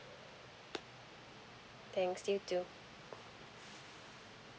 thanks you too